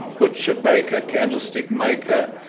butcher, baker, candlestick maker